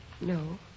No